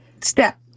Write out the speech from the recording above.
step